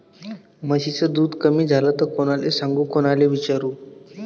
म्हशीचं दूध कमी झालं त कोनाले सांगू कोनाले विचारू?